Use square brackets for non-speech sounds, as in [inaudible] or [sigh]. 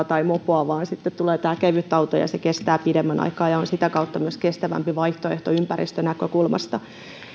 [unintelligible] tai mopoa vaan sitten tulee tämä ke vytauto ja se kestää pidemmän aikaa ja on sitä kautta myös kestävämpi vaihtoehto ympäristönäkökulmasta